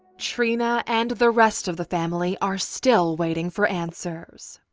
trina and the rest of the family are still waiting for answers.